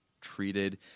treated